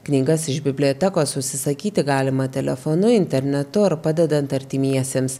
knygas iš bibliotekos užsisakyti galima telefonu internetu ar padedant artimiesiems